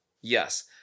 yes